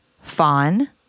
fawn